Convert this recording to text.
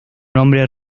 nombre